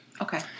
Okay